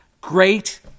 Great